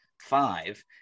five